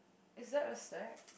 is that a stack